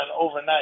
overnight